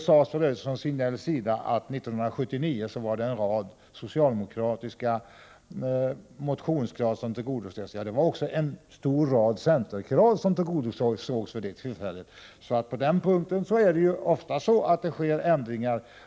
Sven-Gösta Signell sade att en rad socialdemokratiska motionskrav tillgodosågs 1979. Det var också en stor rad centerkrav som tillgodosågs vid det tillfället. På det sättet sker det ofta ändringar.